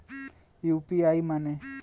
UPI माने?